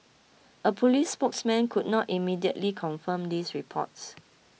a police spokesman could not immediately confirm these reports